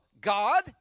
God